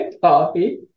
Coffee